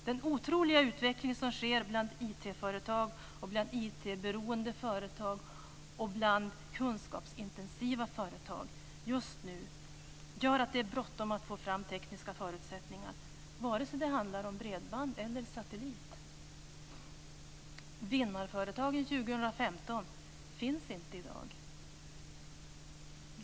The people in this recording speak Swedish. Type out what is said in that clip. Den otroliga utveckling som sker bland IT-företag, IT-beroende företag och kunskapsintensiva företag just nu gör att det är bråttom att få fram tekniska förutsättningar, vare sig det handlar om bredband eller satellit. Vinnarföretagen 2015 finns inte i dag.